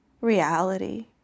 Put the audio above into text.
reality